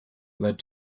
led